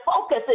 focus